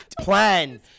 plan